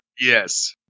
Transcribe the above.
Yes